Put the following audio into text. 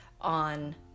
on